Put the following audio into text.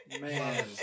Man